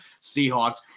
Seahawks